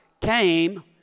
came